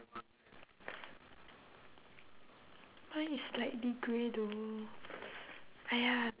mine is like a bit grey though !aiya!